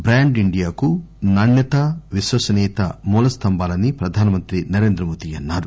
brand ఇండియాకు నాణ్యతా విశ్వసనీయత మూలస్వంభాలని ప్రధానమంత్రి నరేంద్రమోదీ అన్నారు